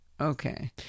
Okay